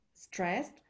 stressed